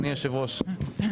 אדוני היושב-ראש.